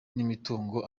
n’imitungo